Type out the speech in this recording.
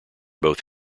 both